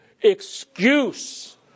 excuse